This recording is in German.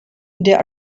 der